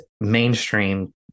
mainstream